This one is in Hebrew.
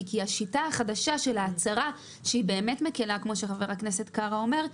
היא כי השיטה החדשה של ההצהרה שהיא באמת מקלה כמו שח"כ קארה אומר,